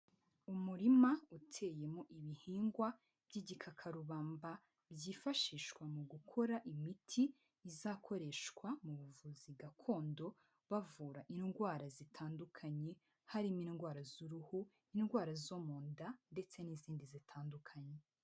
Umurima uteyemo ibihingwa by'igikaka rubamba byifashishwa mu gukora imiti izakoreshwa mu buvuzi gakondo bavuga indwara zitandukanye harimo indwara z'uruhu, indwara zo munda, ndetse n'izindi zitandukanye.